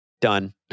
Done